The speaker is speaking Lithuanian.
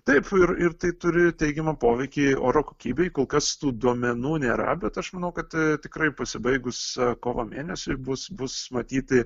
taip ir ir tai turi teigiamą poveikį oro kokybei kol kas tų duomenų nėra bet aš manau kad tikrai pasibaigus kovo mėnesiui bus bus matyti